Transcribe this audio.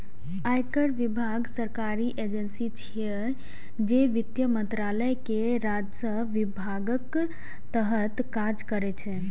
आयकर विभाग सरकारी एजेंसी छियै, जे वित्त मंत्रालय के राजस्व विभागक तहत काज करै छै